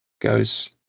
goes